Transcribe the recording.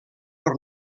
per